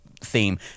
theme